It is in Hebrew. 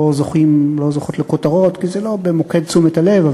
שלא זוכות לכותרות, כי זה לא במוקד תשומת הלב.